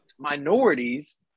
minorities